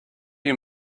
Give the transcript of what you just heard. you